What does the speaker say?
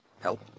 Help